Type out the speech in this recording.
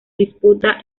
disputa